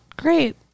Great